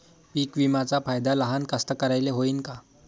पीक विम्याचा फायदा लहान कास्तकाराइले होईन का?